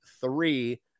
three